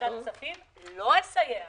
בוועדת הכספים לא אסייע